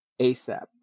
asap